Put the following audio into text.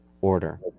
order